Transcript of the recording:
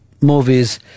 movies